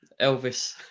elvis